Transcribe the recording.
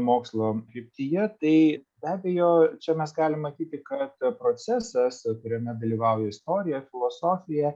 mokslo kryptyje tai be abejo čia mes galim matyti karatė procesą kuriame dalyvauja istorija filosofija